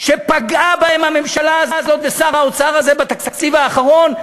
ופגעו בהם הממשלה הזאת ושר האוצר הזה בתקציב האחרון,